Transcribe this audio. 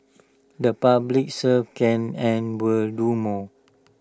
the public serve can and will do more